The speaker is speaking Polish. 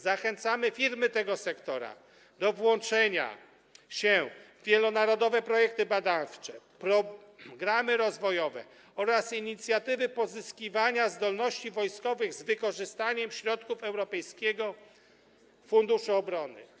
Zachęcamy firmy tego sektora do włączenia się w wielonarodowe projekty badawcze, programy rozwojowe oraz inicjatywy pozyskiwania zdolności wojskowych z wykorzystaniem środków Europejskiego Funduszu Obronnego.